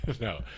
No